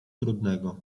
trudnego